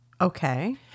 Okay